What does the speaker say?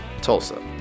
Tulsa